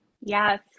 Yes